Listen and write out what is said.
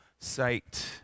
sight